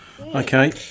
Okay